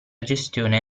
gestione